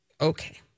Okay